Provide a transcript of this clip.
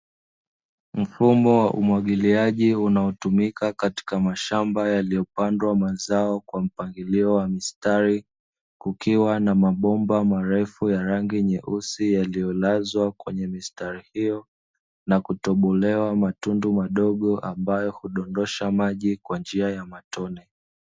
Mfumo wa umwagiliaji unaotumika katika mashamba yaliyopandwa mazao kwa mpangilio wa mistari, kukiwa na mabomba marefu ya rangi nyeusi yaliyolazwa kwenye mistari hiyo, na kutobolewa matundu madogo ambayo hudondosha maji kwa njia ya matone.